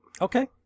okay